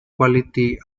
quality